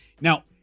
Now